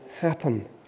happen